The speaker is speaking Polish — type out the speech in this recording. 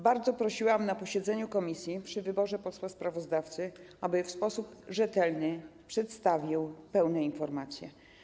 Bardzo prosiłam na posiedzeniu komisji podczas wyboru posła sprawozdawcy, aby w sposób rzetelny przedstawił pełne informacje.